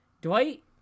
dwight